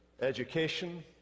education